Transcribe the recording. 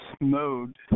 mode